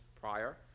prior